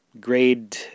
grade